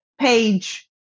page